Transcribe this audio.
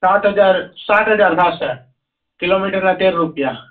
સાત હજાર સાત હજાર થશે કિલોમીટરના તેર રૂપિયા